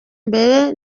mbere